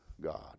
God